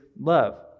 love